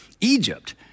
Egypt